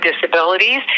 disabilities